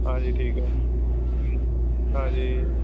ਹਾਂਜੀ ਠੀਕ ਹੈ ਹਾਂਜੀ